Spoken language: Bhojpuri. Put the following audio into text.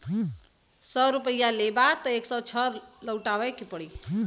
सौ रुपइया लेबा त एक सौ छह लउटाए के पड़ी